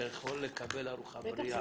אתה יכול לקבל ארוחה בריאה.